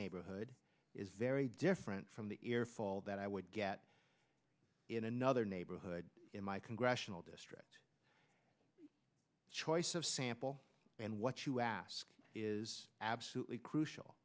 neighborhood is very different from the air fall that i would get in another neighborhood in my congressional district choice of sample and what you ask is absolutely crucial